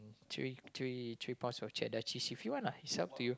three three three parts of cheddar cheese if you want ah it's up to you